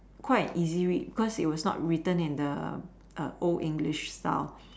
quite easy read because it was not written in the err old English style